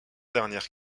dernière